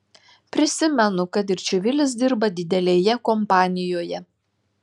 prisimenu kad ir čivilis dirba didelėje kompanijoje